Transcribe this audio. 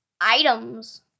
items